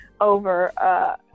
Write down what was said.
over